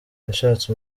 yashatse